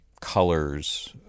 colors